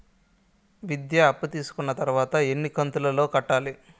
విద్య అప్పు తీసుకున్న తర్వాత ఎన్ని కంతుల లో కట్టాలి?